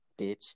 bitch